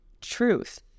truth